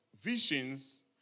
Visions